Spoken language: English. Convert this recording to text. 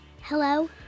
Hello